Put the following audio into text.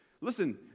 Listen